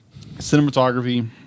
Cinematography